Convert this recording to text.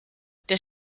der